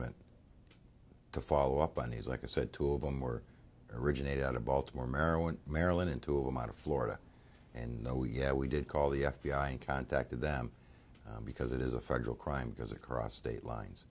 man to follow up on these like i said two of them were originated out of baltimore maryland maryland into him out of florida and oh yeah we did call the f b i and contacted them because it is a federal crime because across state lines